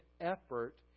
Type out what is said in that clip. effort